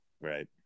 Right